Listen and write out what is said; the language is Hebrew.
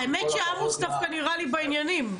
האמת שעמוס דווקא נראה לי בעניינים.